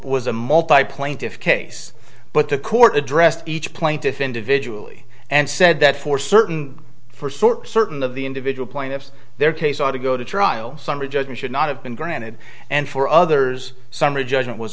was a multi plane tiff case but the court addressed each plaintiff individually and said that for certain for sort certain of the individual plaintiffs their case ought to go to trial summary judgment should not have been granted and for others summary judgment was